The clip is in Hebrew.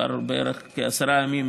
כבר כעשרה ימים,